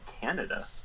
Canada